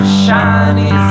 shiny